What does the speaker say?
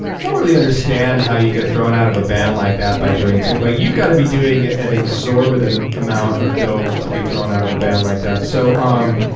i don't really understand how you get thrown out of a band like that by doing too but you've got to be doing an exorbitant amount of dope to be thrown out of a band like that. so um